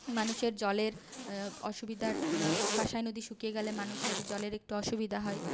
মানুষের জলের অসুবিধার কাঁসাই নদী শুকিয়ে গেলে মানুষের জলের একটু অসুবিধা হয়